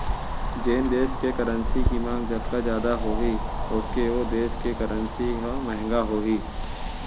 जेन देस के करेंसी के मांग जतका जादा होही ओतके ओ देस के करेंसी ह महंगा होही